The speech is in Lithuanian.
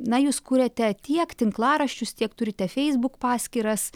na jūs kūriate tiek tinklaraščius tiek turite facebook paskyras